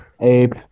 Ape